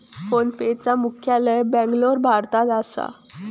फोनपेचा मुख्यालय बॅन्गलोर, भारतात असा